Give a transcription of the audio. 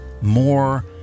more